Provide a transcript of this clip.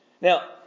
Now